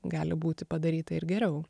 gali būti padaryta ir geriau